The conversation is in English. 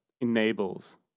enables